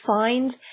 find